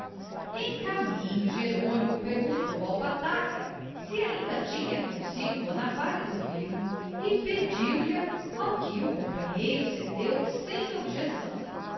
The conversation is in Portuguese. em caminho jerônimo perguntou ao pataca se ainda tinha consigo a navalha do firmo e pediu lha ao que o companheiro cedeu sem objeção